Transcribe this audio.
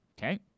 Okay